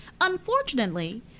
Unfortunately